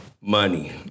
Money